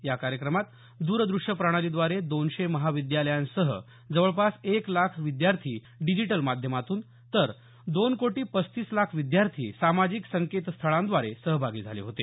या कार्यक्रमात द्रदृश्य प्रणालीद्वारे दोनशे महाविद्यालयांसह जवळपास एक लाख विद्यार्थी डिजिटल माध्यमातून तर दोन कोटी पस्तीस लाख विद्यार्थी सामाजिक संकेतस्थळांद्वारे सहभागी झाले होते